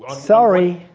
ah sorry.